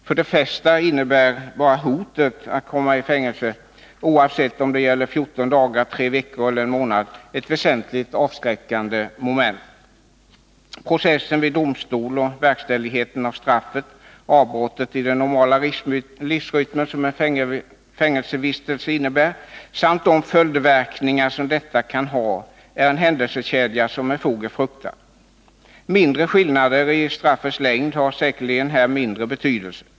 För de flesta innebär bara hotet att komma i fängelse — oavsett om det gäller fjorton dagar, tre veckor eller en månad -— ett väsentligt avskräckande moment. Processen vid domstol och verkställigheten av straffet, det avbrott i den normala livsrytmen som fängelsevistelsen innebär samt de följdverkningar som denna kan ha är en händelsekedja som med fog är fruktad. Mindre skillnader i straffets längd har säkerligen här mindre betydelse.